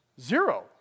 Zero